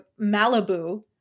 malibu